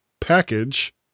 Package